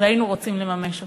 והיינו רוצים לממש אותה.